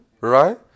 right